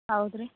ಹೌದ್ರಿ